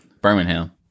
Birmingham